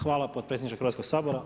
Hvala potpredsjedniče Hrvatskog sabora.